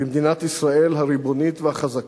במדינת ישראל הריבונית והחזקה,